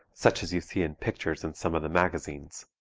such as you see in pictures in some of the magazines.